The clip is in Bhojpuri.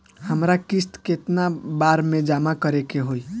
हमरा किस्त केतना बार में जमा करे के होई?